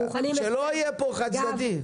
שלא יהיה פה מהלך חד-צדדי.